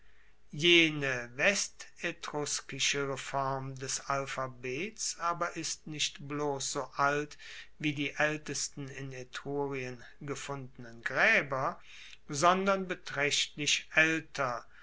jene westetruskische reform des alphabets aber ist nicht bloss so alt wie die aeltesten in etrurien gefundenen graeber sondern betraechtlich